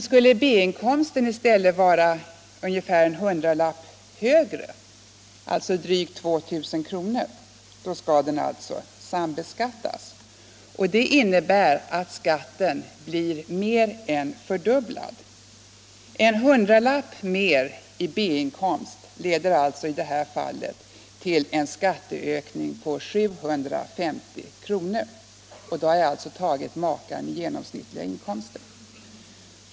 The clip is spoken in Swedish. Skulle B-inkomsten i stället vara en hundralapp högre — alltså drygt 2000 kr. — skall den sambeskattas. Det innebär att skatten blir mer än fördubblad. En hundralapp mer i B-inkomst leder alltså i det här fallet till en skatteökning på 750 kr. — och då har jag tagit makar med genomsnittliga inkomster.